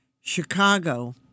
Chicago